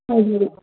हजुर